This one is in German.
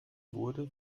wurde